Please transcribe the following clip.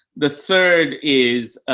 the third is,